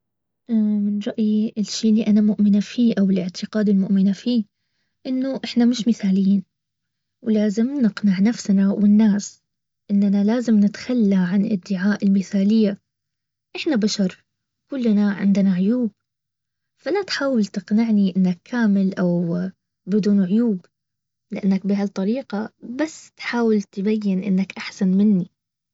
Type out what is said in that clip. من رأيي الشي اللي انا مؤمنة فيه او لاعتقاد المؤمنة فيه. انه احنا مش مثاليين. ولازم نقنع نفسنا والناس اننا لازم نتخلى عن ادعاء المثالية. احنا بشر كلنا عندنا عيوب. فلا تحاول تقنعني انك كامل او بدون عيوب لانك بهالطريقة بس تحاول تبين انك احسن مني